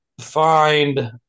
find